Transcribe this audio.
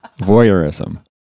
Voyeurism